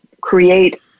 create